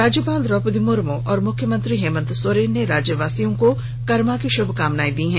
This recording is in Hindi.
राज्यपाल द्रौपदी मुर्मू और मुख्यमंत्री हेमंत सोरेन ने राज्यवासियों को करमा की शुभकामनाएं दी हैं